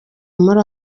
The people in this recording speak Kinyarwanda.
muri